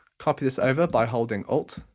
copy this over by holding alt,